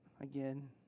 again